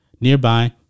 nearby